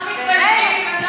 אנחנו במבוכה, הם לא במבוכה.